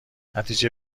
نتیجه